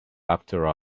after